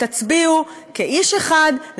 תצביעו כאיש אחד,